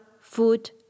food